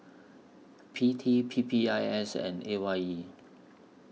P T P P I S and A Y E